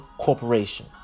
corporation